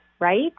right